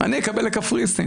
אני אקבל לקפריסין.